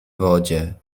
wodzie